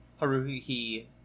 Haruhi